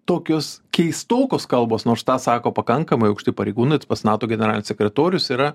tokios keistokos kalbos nors tą sako pakankamai aukšti pareigūnai tas pats nato generalinis sekretorius yra